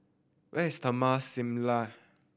where is Taman Similar